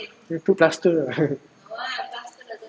you put plaster